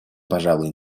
пожалуй